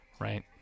Right